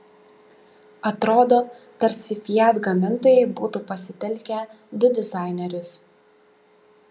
atrodo tarsi fiat gamintojai būtų pasitelkę du dizainerius